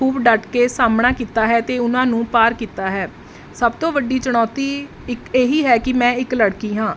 ਖੂਬ ਡੱਟ ਕੇ ਸਾਹਮਣਾ ਕੀਤਾ ਹੈ ਅਤੇ ਉਹਨਾਂ ਨੂੰ ਪਾਰ ਕੀਤਾ ਹੈ ਸਭ ਤੋਂ ਵੱਡੀ ਚੁਣੌਤੀ ਇੱਕ ਇਹੀ ਹੈ ਕਿ ਮੈਂ ਇੱਕ ਲੜਕੀ ਹਾਂ